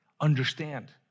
understand